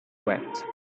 wept